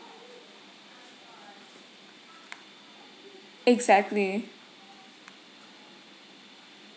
exactly